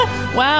Wow